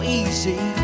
easy